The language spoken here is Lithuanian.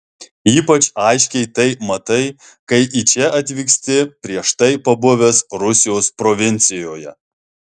ypač aiškiai tai matai kai į čia atvyksti prieš tai pabuvęs rusijos provincijoje